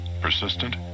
persistent